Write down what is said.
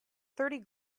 thirty